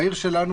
העיר שלנו,